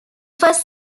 first